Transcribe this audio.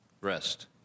rest